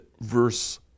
verse